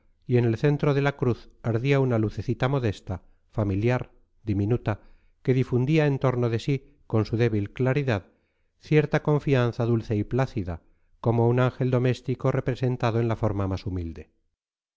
y en el centro de la cruz ardía una lucecita modesta familiar diminuta que difundía en torno de sí con su débil claridad cierta confianza dulce y plácida como un ángel doméstico representado en la forma más humilde